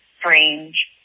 strange